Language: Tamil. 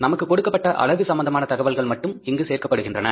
நமக்கு கொடுக்கப்பட்ட அலகு சம்பந்தமான தகவல்கள் மட்டும் இங்கு சேர்க்கப்படுகின்றன